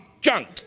junk